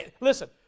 Listen